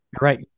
right